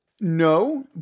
No